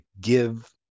give